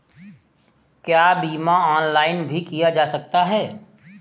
क्या बीमा ऑनलाइन भी किया जा सकता है?